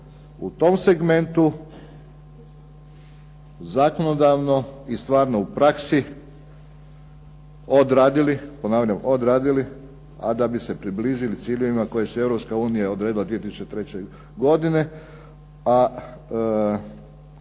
u tom segmentu zakonodavno i stvarno u praksi odradili, ponavljam odradili a da bi se približili ciljevima koje je Europska unija odredila 2003. godine, a